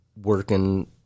working